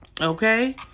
okay